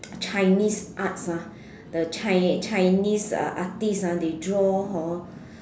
chinese arts ah the chi~ chinese artists ah they draw hor